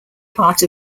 part